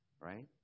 right